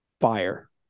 Fire